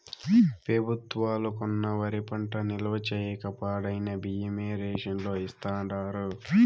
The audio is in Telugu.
పెబుత్వాలు కొన్న వరి పంట నిల్వ చేయక పాడైన బియ్యమే రేషన్ లో ఇస్తాండారు